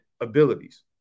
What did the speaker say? abilities